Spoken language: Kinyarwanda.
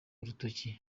urutoki